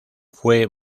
fue